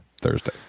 Thursday